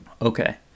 Okay